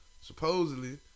supposedly